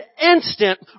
instant